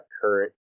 current